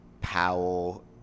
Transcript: Powell